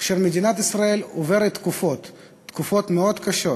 כאשר מדינת ישראל עוברת תקופות מאוד קשות,